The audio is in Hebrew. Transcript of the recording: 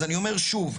אז אני אומר שוב,